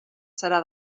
serà